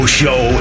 show